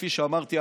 כפי שאמרתי,